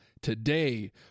today